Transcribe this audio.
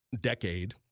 decade